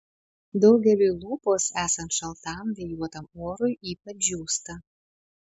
daugeliui lūpos esant šaltam vėjuotam orui ypač džiūsta